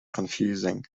confusing